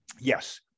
Yes